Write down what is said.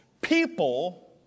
people